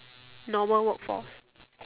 normal workforce